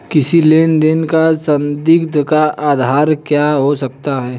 किसी लेन देन का संदिग्ध का आधार क्या हो सकता है?